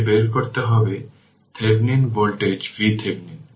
সুইচটি দীর্ঘদিন ক্লোজ থাকায় এমনটি হয়েছে